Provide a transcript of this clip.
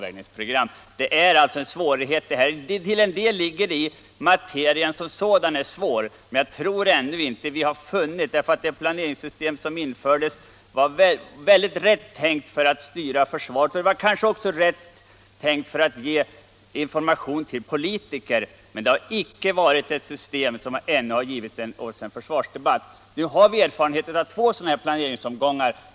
Till en början ligger svårigheten i materien som sådan. Det planeringssystem som infördes var rätt tänkt för att styra försvaret och kanske t.o.m. för att ge information till politiker, men det har ännu inte givit oss en försvarsdebatt. Nu har vi erfarenhet av två sådana här planeringsomgångar.